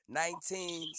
nineteen